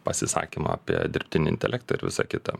pasisakymą apie dirbtinį intelektą ir visa kita